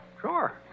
Sure